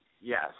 Yes